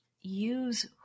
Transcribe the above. use